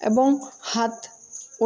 এবং হাত ও